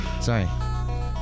Sorry